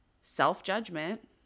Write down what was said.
self-judgment